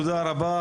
תודה רבה,